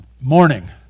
morning